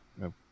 no